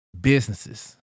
businesses